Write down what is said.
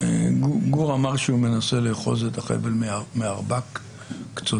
גור אמר שהוא מנסה לאחוז את החבל מארבע קצותיו